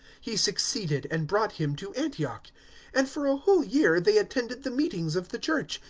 he succeeded, and brought him to antioch and for a whole year they attended the meetings of the church,